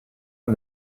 est